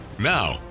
Now